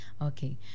Okay